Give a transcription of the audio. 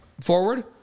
forward